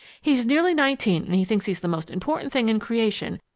he's nearly nineteen and he thinks he's the most important thing in creation,